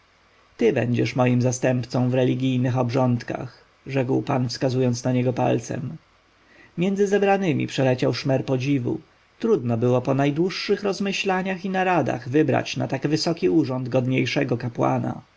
ty będziesz moim zastępcą w religijnych obrządkach rzekł pan wskazując na niego palcem między zebranymi przeleciał szmer podziwu trudno było po najdłuższych rozmyślaniach i naradach wybrać na tak wysoki urząd godniejszego kapłana